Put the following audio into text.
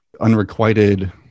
unrequited